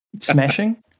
Smashing